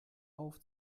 auf